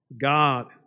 God